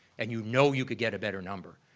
and you know you could get a better number,